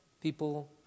People